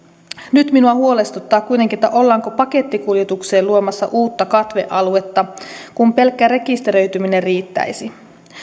nyt minua huolestuttaa kuitenkin ollaanko pakettikuljetukseen luomassa uutta katvealuetta kun pelkkä rekisteröityminen riittäisi